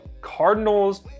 cardinals